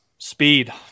Speed